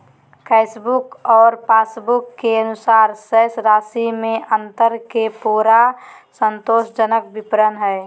cashbook आरो passbook के अनुसार शेष राशि में अंतर के पूरा संतोषजनक विवरण हइ